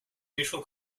neutral